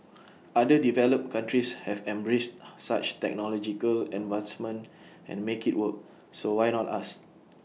other developed countries have embraced such technological advancements and made IT work so why not us